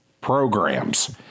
programs